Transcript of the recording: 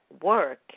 work